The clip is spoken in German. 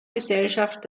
gesellschaft